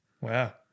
Wow